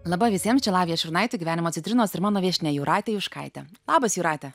laba visiems čia lavija šurnaitė gyvenimo citrinos ir mano viešnia jūratė juškaitė labas jūrate